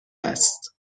است